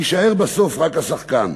יישאר בסוף רק השחקן.